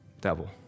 devil